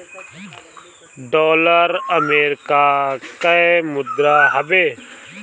dollar America कअ मुद्रा हवे